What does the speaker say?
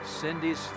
Cindy's